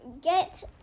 get